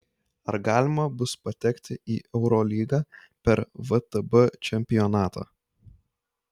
ar galima bus patekti į eurolygą per vtb čempionatą